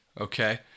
okay